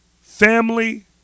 family